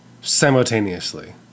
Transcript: Simultaneously